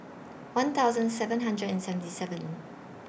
one thousand seven hundred and seventy seven